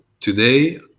today